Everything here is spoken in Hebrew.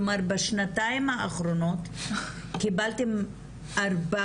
כלומר בשנתיים האחרונות קיבלתם 400